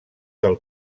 del